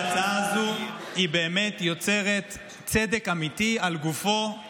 שההצעה הזאת יוצרת צדק אמיתי לגופו של אדם,